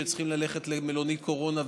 חולים שצריכים ללכת למלונית קורונה,